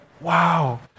wow